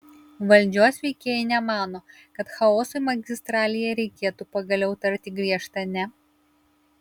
valdžios veikėjai nemano kad chaosui magistralėje reikėtų pagaliau tarti griežtą ne